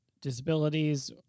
disabilities